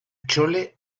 chole